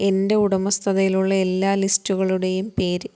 എന്റെ ഉടമസ്ഥതയിലുള്ള എല്ലാ ലിസ്റ്റുകളുടെയും പേര്